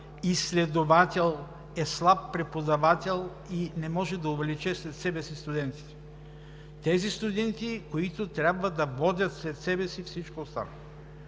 изследовател е слаб преподавател и не може да увлече след себе си студентите – тези студенти, които трябва да водят след себе си всичко останало.